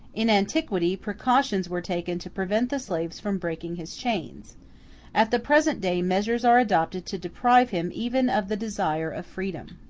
in antiquity, precautions were taken to prevent the slave from breaking his chains at the present day measures are adopted to deprive him even of the desire of freedom.